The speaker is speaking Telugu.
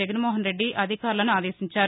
జగన్మోహన్రెడ్డి అధికారులను ఆదేశించారు